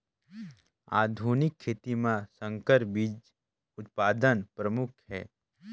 आधुनिक खेती म संकर बीज उत्पादन प्रमुख हे